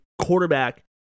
quarterback